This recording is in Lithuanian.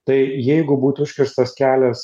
tai jeigu būtų užkirstas kelias